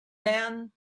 then